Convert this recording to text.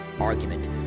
argument